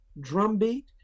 drumbeat